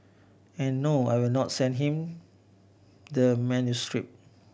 and no I will not send him the manuscript